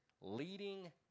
leading